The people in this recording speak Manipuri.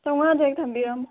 ꯆꯥꯝꯃꯉꯥꯗꯣ ꯍꯦꯛ ꯊꯝꯕꯤꯔꯝꯃꯣ